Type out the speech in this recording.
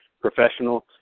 professional